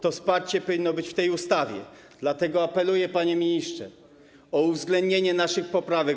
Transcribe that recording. To wsparcie powinno być w tej ustawie, dlatego apeluję, panie ministrze, o uwzględnienie naszych poprawek.